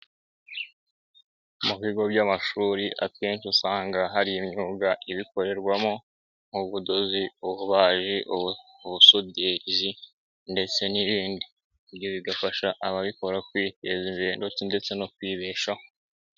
Mu bigo by'amashuri akenshi usanga hari imyuga ibikorerwamo nk'ubudozi, ubaji, ubusudirizi ndetse n'ibindi. Ibyo bigafasha ababikora kwiteza imbere ndetse no kwibeshaho.